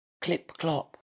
clip-clop